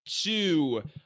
two